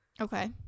Okay